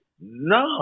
No